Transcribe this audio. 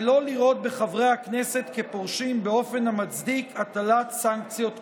ולא לראות בחברי הכנסת כפורשים באופן המצדיק הטלת סנקציות כלשהן.